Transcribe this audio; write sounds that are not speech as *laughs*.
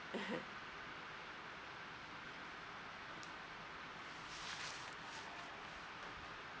*laughs*